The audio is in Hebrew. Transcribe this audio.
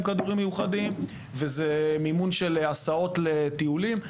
כדורים מיוחדים וזה מימון של הסעות לטיולים.